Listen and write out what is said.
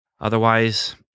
Otherwise